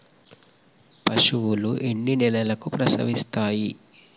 పశువులు ఎన్ని నెలలకు ప్రసవిస్తాయి?